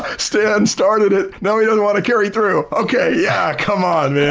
stan started it. no, he doesn't want to carry through. okay. yeah come on,